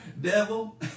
devil